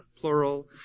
plural